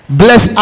bless